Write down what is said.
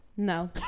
No